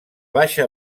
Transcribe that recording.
baixa